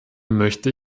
möchte